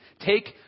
take